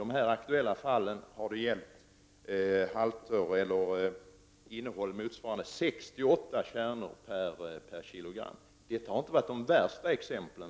I de aktuella fallen har det gällt sex—-åtta kärnor per kilo. Men detta har inte varit de värsta exemplen.